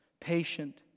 patient